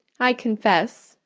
i confess,